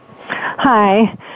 Hi